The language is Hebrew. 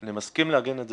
אני מסכים לעגן את זה